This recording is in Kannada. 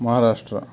ಮಹಾರಾಷ್ಟ್ರ